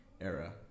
era